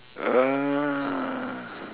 uh